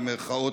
במירכאות,